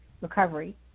recovery